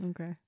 Okay